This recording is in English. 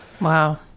Wow